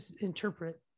interpret